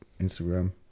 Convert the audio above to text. Instagram